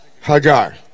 Hagar